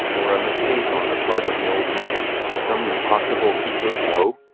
or a mistake on the part of the old man some impossible qui pro quo?